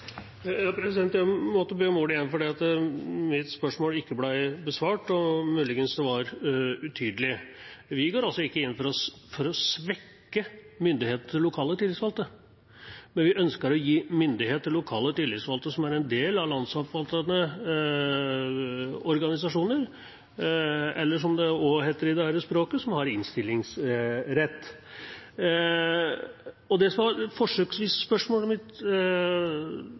Jeg måtte be om ordet igjen fordi mitt spørsmål ikke ble besvart og muligens også var utydelig. Vi går ikke inn for å svekke myndigheten til lokale tillitsvalgte, men vi ønsker å gi myndighet til lokale tillitsvalgte som er en del av landsomfattende organisasjoner, eller – som det også heter i dette språket – som har innstillingsrett. Det som forsøksvis var spørsmålet mitt,